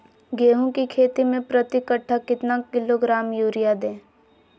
गेंहू की खेती में प्रति कट्ठा कितना किलोग्राम युरिया दे?